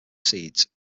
seeds